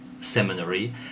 seminary